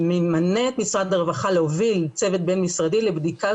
שממנה את משרד הרווחה להוביל צוות בין משרדי לבדיקה